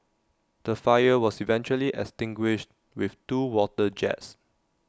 the fire was eventually extinguished with two water jets